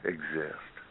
Exist